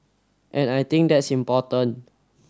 and I think that's important